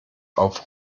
auf